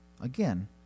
Again